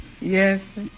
Yes